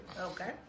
Okay